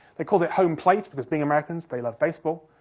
they called it home plate, because being americans, they loved baseball.